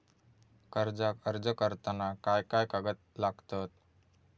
कर्जाक अर्ज करताना काय काय कागद लागतत?